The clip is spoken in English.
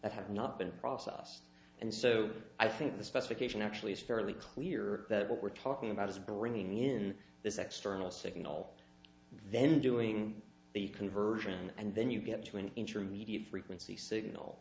that have not been a process and so i think the specification actually is fairly clear that what we're talking about is bringing in this extra noise taking all then doing the conversion and then you get to an intermediate frequency signal